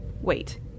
Wait